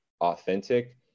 authentic